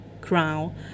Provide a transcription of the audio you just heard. crown